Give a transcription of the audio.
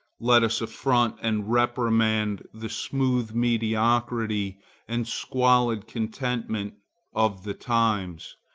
let us affront and reprimand the smooth mediocrity and squalid contentment of the times,